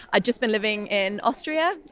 i'd just been living in austria,